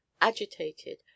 agitated